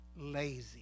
lazy